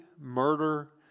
murder